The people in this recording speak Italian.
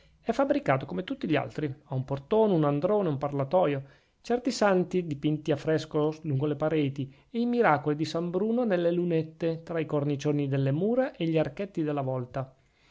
è fabbricato come tutti gli altri ha un portone un androne un parlatoio certi santi dipinti a fresco lungo le pareti e i miracoli di san bruno nelle lunette tra i cornicioni delle mura e gli archetti della vlta